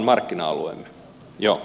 joo kyllä